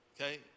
okay